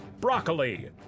Broccoli